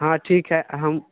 हँ ठीक हय हम